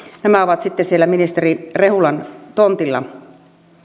nämä ovat sitten siellä ministeri rehulan tontilla